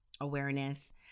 awareness